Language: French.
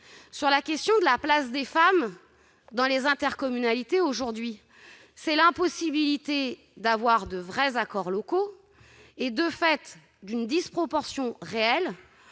sur la question de la place des femmes dans les intercommunalités aujourd'hui, c'est l'impossibilité de conclure de vrais accords locaux, ce qui entraîne, de fait, une disproportion entre